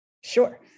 Sure